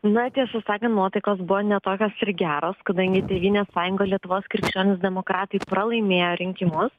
na tiesą sakant nuotaikos buvo ne tokios ir geros kadangi tėvynės sąjunga lietuvos krikščionys demokratai pralaimėjo rinkimus